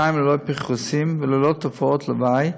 חיים ללא פרכוסים וללא תופעות לוואי,